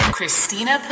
Christina